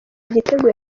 igitego